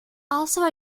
also